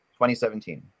2017